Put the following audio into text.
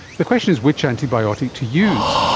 the question is which antibiotic to use.